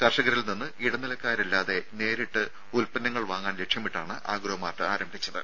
കർഷകരിൽ നിന്ന് ഇടനിലക്കാരില്ലാതെ നേരിട്ട് വാങ്ങാൻ ലക്ഷ്യമിട്ടാണ് ആഗ്രോ മാർട്ട് ആരംഭിച്ചത്